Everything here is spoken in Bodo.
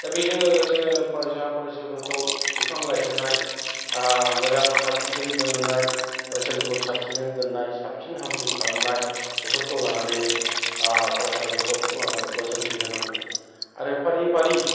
दा बेजों लोगोसे फरायसा फरायसुलिफोरखौ बिफां गायहोनाय मोजां साब सिखोन दोनहोनाय फरायसालिखौ साब सिखोन दोननाय साबसिन हामसिन खालामनाय बेफोरखौ लानानैनो फरायसाफोरखौ बोसोनथि होनांगौ आरो फारि फारि